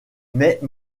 mais